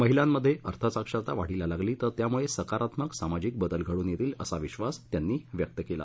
महिलांमध्ये अर्थ साक्षरता वाढीला लागली तर त्यामुळे सकारात्मक सामाजिक बदल घडून येतील असा विधास त्यांनी व्यक्त केला